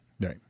Right